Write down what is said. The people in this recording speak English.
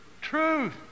truth